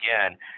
again